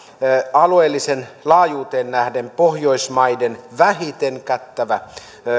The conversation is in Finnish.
alueelliseen laajuuteen nähden pohjoismaiden vähiten kattava